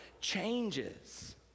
changes